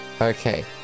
Okay